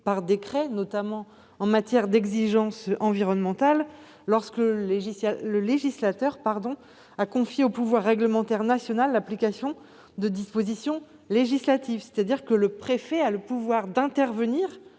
par décret, notamment en matière d'exigences environnementales, lorsque le législateur a confié au pouvoir réglementaire national l'application de dispositions législatives. Autrement dit, le préfet a le pouvoir d'intervenir,